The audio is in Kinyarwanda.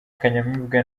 kanyamibwa